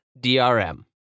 DRM